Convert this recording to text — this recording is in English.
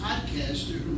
podcaster